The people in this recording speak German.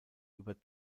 über